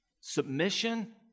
submission